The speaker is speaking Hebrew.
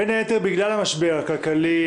בין היתר בגלל המשבר הכלכלי,